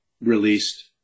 released